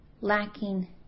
lacking